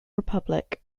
republic